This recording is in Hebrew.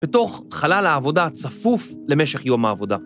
בתוך חלל העבודה צפוף למשך יום העבודה.